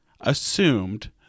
assumed